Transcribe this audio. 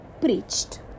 preached